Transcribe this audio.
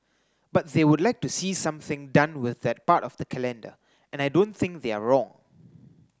but they would like to see something done with that part of the calendar and I don't think they're wrong